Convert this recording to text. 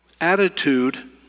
Attitude